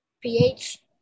pH